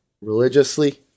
religiously